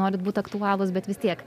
norit būti aktualūs bet vis tiek